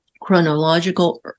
chronological